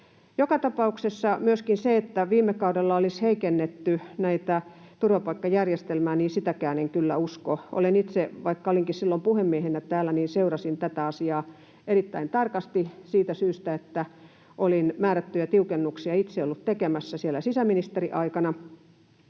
Joka tapauksessa myöskään sitä, että viime kaudella olisi heikennetty tätä turvapaikkajärjestelmää, en kyllä usko. Vaikka olinkin silloin puhemiehenä täällä, niin seurasin tätä asiaa erittäin tarkasti siitä syystä, että olin määrättyjä tiukennuksia itse ollut tekemässä siellä sisäministeriaikana,